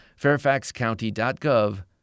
fairfaxcounty.gov